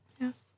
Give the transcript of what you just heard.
Yes